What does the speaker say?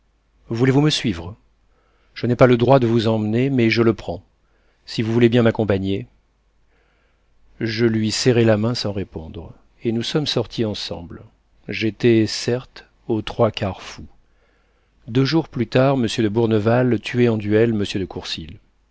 voulez-vous me suivre je n'ai pas le droit de vous emmener mais je le prends si vous voulez bien m'accompagner je lui serrai la main sans répondre et nous sommes sortis ensemble j'étais certes aux trois quarts fou deux jours plus tard m de bourneval tuait en duel m de